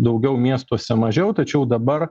daugiau miestuose mažiau tačiau dabar